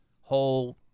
whole